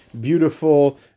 beautiful